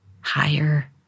higher